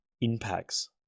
impacts